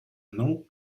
mną